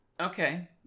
Okay